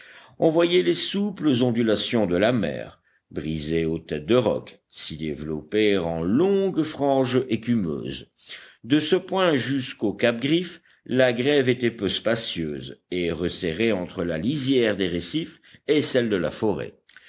on voyait les souples ondulations de la mer brisées aux têtes de rocs s'y développer en longues franges écumeuses de ce point jusqu'au cap griffe la grève était peu spacieuse et resserrée entre la lisière des récifs et celle de la forêt